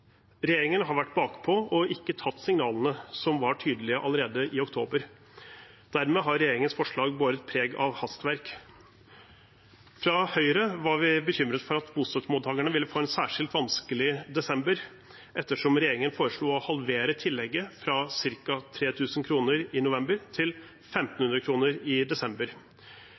Regjeringen har vært bakpå og ikke tatt signalene, som var tydelige allerede i oktober. Dermed har regjeringens forslag båret preg av hastverk. Fra Høyre var vi bekymret for at bostøttemottakerne ville få en særskilt vanskelig desember, ettersom regjeringen foreslo å halvere tillegget, fra ca. 3 000 kr i november til 1 500 kr i desember.